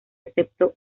excepto